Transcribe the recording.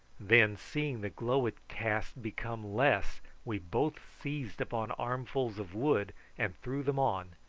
then, seeing the glow it cast become less, we both seized upon armfuls of wood and threw them on,